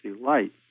light